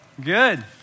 Good